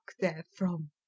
therefrom